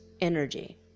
energy